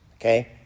Okay